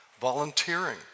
volunteering